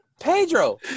Pedro